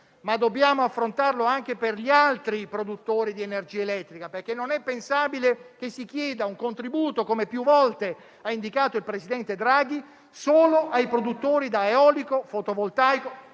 ma dobbiamo farlo anche per gli altri produttori di energia elettrica. Infatti, non è pensabile che si chieda un contributo, come più volte indicato dal presidente Draghi, solo ai produttori da eolico e fotovoltaico,